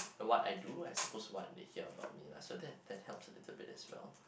the what I do as opposed to what they hear about me lah so that that helps a little bit as well